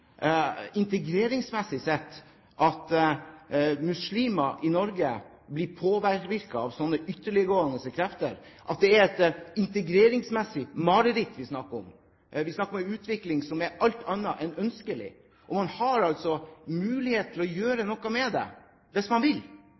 integreringsmessig sett at muslimer i Norge blir påvirket av sånne ytterliggående krefter, at det er et integreringsmessig mareritt vi snakker om. Vi snakker om en utvikling som er alt annet enn ønskelig, og man har altså mulighet til å gjøre noe med det hvis man vil.